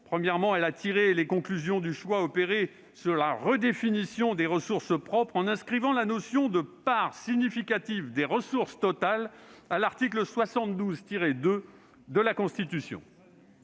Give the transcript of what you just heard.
Premièrement, elle a tiré les conclusions du choix opéré sur la redéfinition des ressources propres en inscrivant la notion de « part significative des ressources totales » à l'article 72-2 de la Constitution.